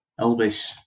Elvis